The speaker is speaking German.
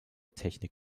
technik